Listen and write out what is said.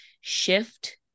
shift